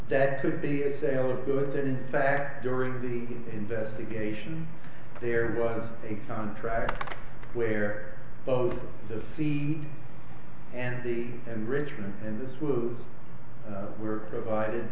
that could be a sale of goods and in fact during the investigation there was a contract where of the c and the and richard and this was were provided